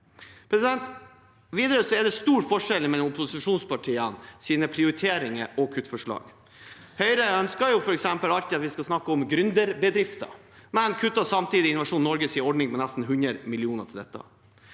Videre er det stor forskjell mellom opposisjonspartienes prioriteringer og kuttforslag. Høyre ønsker f.eks. alltid at vi skal snakke om gründerbedrifter, men kutter samtidig i Innovasjon Norges ordning med nesten 100 mill. kr til dette.